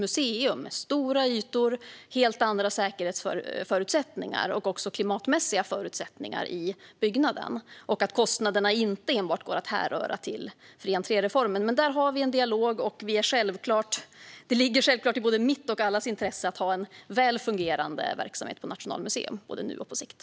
Det är stora ytor och helt andra säkerhetsförutsättningar och också klimatmässiga förutsättningar i byggnaden, och kostnaderna går inte enbart att hänföra till fri-entré-reformen. Men där har vi en dialog, och det ligger självfallet i både mitt och allas intresse att ha en väl fungerande verksamhet på Nationalmuseum såväl nu som på sikt.